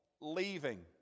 leaving